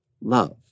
love